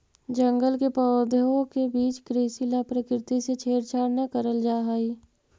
जंगल के पौधों के बीच कृषि ला प्रकृति से छेड़छाड़ न करल जा हई